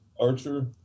Archer